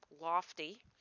lofty